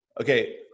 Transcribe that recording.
Okay